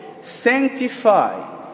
sanctify